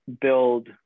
build